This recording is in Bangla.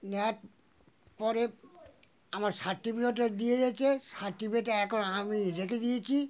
নেওয়ার পরে আমার সার্টিফিকেটও দিয়ে দেছে সার্টিফিকেটে এখন আমি রেখে দিয়েছি